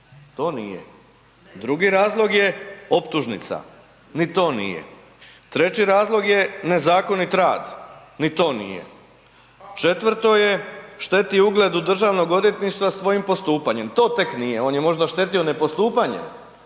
to nije. Drugi razlog je optužnica, ni to nije. Treći razlog je nezakonit rad, ni to nije. Četvrto je, šteti ugledu Državnog odvjetništva svojim postupanjem, to tek nije. On je možda štetio ne postupanjem,